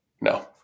no